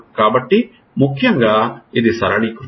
కాబట్టి ముఖ్యంగా ఇది సరళీకృతం